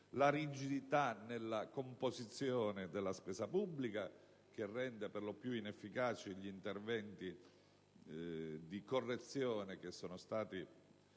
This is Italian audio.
alla rigidità nella composizione della spesa pubblica, che rende per lo più inefficaci gli interventi di correzione che sono stati